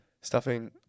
Stuffing